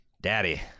Daddy